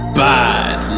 bad